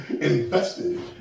Invested